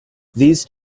these